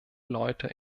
leute